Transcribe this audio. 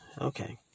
Okay